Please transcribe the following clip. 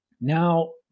now